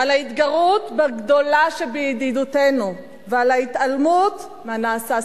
על ההתגרות בגדולה שבידידותינו ועל ההתעלמות מהנעשה סביבנו,